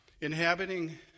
inhabiting